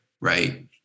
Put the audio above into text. right